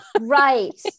right